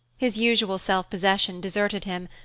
his usual self-possession deserted him,